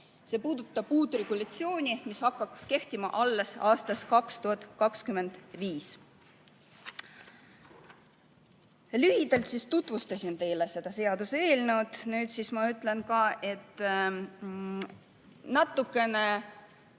See puudutab uut regulatsiooni, mis hakkaks kehtima alles aastast 2025. Lühidalt tutvustasin teile seda seaduseelnõu. Nüüd ma ütlen seda, et natukene